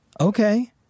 Okay